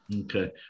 Okay